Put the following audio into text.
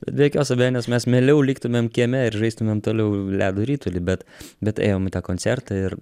be jokios abejonės mes mieliau liktumėm kieme ir žaistumėm toliau ledo ritulį bet bet ėjom į tą koncertą ir